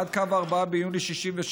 עד קו 4 ביוני 1967,